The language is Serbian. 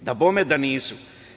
Dabome da nisu.